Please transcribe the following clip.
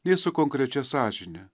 nei su konkrečia sąžine